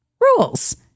rules